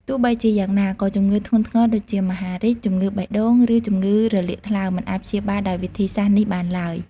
ទោះបីជាយ៉ាងណា ក៏ជំងឺធ្ងន់ធ្ងរដូចជា មហារីក ជំងឺបេះដូង ឬជំងឺរលាកថ្លើម មិនអាចព្យាបាលដោយវិធីសាស្ត្រនេះបានឡើយ។